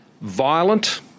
violent